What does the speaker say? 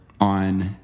on